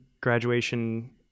graduation